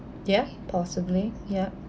yeah possibly ya